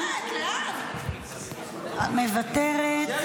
למה המבקר לא מבקר את הצבא?